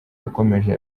yakomeje